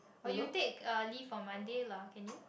or you take uh leave on Monday lah can you